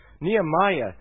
Nehemiah